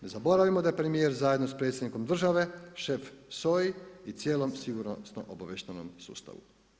Ne zaboravimo da je premjer zajedno predsjednikom države, šef SOA-i i cijelom sigurnosnom obavještajnom sustavu.